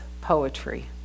poetry